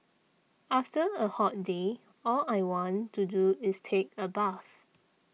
after a hot day all I want to do is take a bath